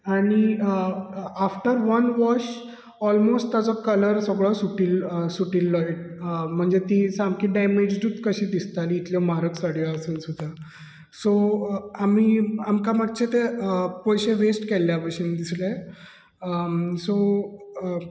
आनी after one wash almost ताजो colour सगळो सुटिल्लो सुटिल्लो म्हणजे ती सामकी डॅमेजडूत कशी दिसताली इतल्यो म्हारग साडयो आसूम सुद्दां सो आमी आमकां मात्शे ते पयशे व्हेस्ट केल्ल्या बशीन दिसले सो